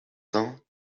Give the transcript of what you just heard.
vingts